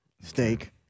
steak